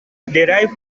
derive